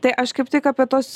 tai aš kaip tik apie tuos